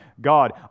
God